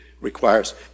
requires